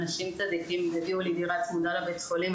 אנשים צדיקים נתנו לי דירה צמודה לבית החולים,